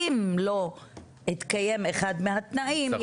אם לא התקיים אחד מהתנאים,